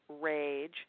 rage